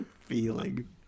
Feeling